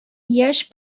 яшь